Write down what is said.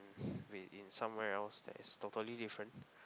wait in somewhere else that is totally different